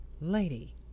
lady